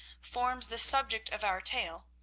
forms the subject of our tale,